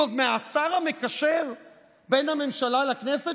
ועוד השר המקשר בין הממשלה לכנסת?